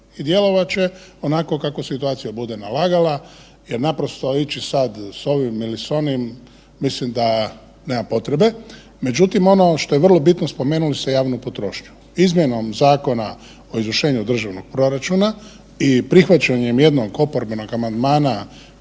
i djelovat će onako kao situacija bude nalagala jer naprosto ići sada sa ovim ili s onim mislim da nema potrebe. Međutim, ono što je vrlo bitno spomenuli ste javnu potrošnju. Izmjenom Zakona o izvršenju državnog proračuna i prihvaćanjem jednog oporbenog amandmana